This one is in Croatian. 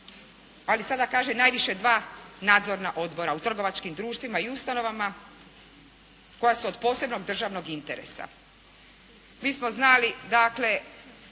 ali sada kaže najviše dva nadzorna odbora, u trgovačkim društvima i ustanovama koja su od posebnog državnog interesa. Mi smo znali dakle